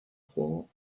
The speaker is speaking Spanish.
juego